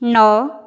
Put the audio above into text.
ନଅ